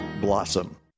blossom